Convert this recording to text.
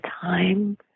time